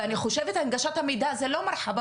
ואני גם משלים את מה שאמרת לגבי